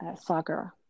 soccer